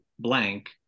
blank